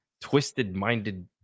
twisted-minded